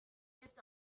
kept